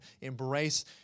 embrace